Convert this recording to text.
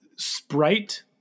Sprite